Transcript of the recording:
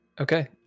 Okay